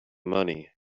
money